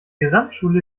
gesamtschule